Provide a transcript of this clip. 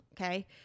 okay